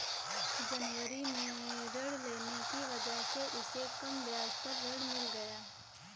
जनवरी में ऋण लेने की वजह से उसे कम ब्याज पर ऋण मिल गया